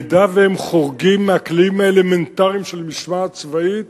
אם הם חורגים מהכלים האלמנטריים של משמעת צבאית,